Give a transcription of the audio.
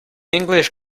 english